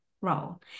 role